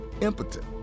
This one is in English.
impotent